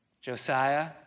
Josiah